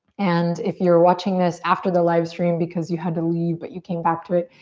and if you're watching this after the livestream because you had to leave but you came back to it,